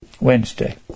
Wednesday